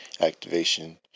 activation